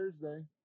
Thursday